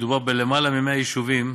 ומדובר בלמעלה מ-100 יישובים,